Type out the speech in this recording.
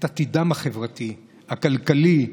את עתידם החברתי, הכלכלי,